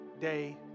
day